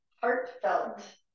heartfelt